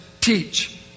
Teach